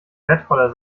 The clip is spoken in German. wertvoller